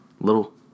little